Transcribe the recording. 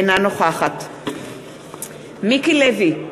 אינה נוכחת מיקי לוי,